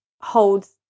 holds